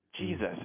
Jesus